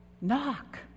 knock